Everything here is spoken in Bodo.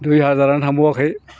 दुइ हाजारआनो थांबावाखै